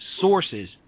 sources